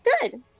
Good